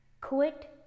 quit